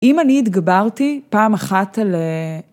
‫אם אני התגברתי פעם אחת על...